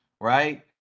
Right